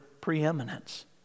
preeminence